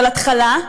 אבל התחלה,